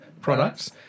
products